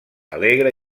alegre